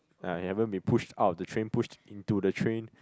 ya you haven't been pushed out of the train pushed into the train